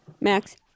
Max